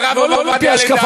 שהרב עובדיה,